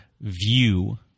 view